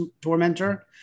tormentor